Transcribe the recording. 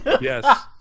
Yes